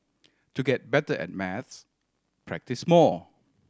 to get better at maths practise more